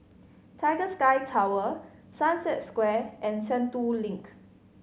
Tiger Sky Tower Sunset Square and Sentul Link